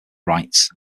rights